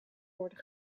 worden